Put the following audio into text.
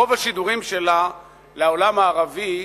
רוב השידורים שלה לעולם הערבי,